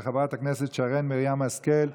של חברת הכנסת שרן מרים השכל.